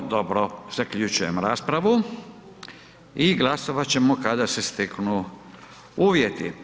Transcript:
O dobro, zaključujem raspravu i glasovat ćemo kada se steknu uvjeti.